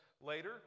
later